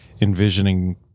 envisioning